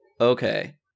Okay